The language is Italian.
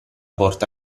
porta